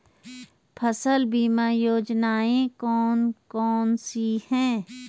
फसल बीमा योजनाएँ कौन कौनसी हैं?